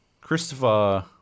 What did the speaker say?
Christopher